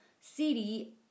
city